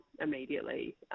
immediately